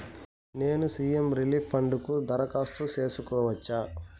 నేను CM relief fund కు దరఖాస్తు సేసుకోవచ్చా?